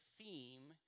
theme